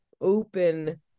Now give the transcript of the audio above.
open